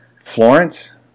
Florence